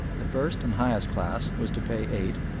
the first and highest class was to pay eight,